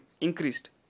increased